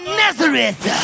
nazareth